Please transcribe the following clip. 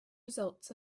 results